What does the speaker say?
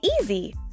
easy